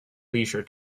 leisure